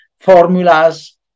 formulas